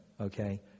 okay